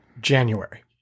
January